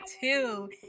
two